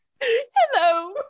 Hello